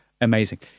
Amazing